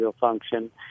function